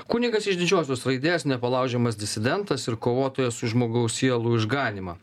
kunigas iš didžiosios raidės nepalaužiamas disidentas ir kovotojas už žmogaus sielų išganymą